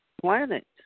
planet